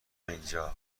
اینجا